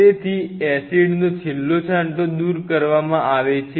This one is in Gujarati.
તેથી એસિડનો છેલ્લો છાંટો દૂર કરવામાં આવે છે